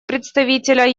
представителя